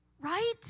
Right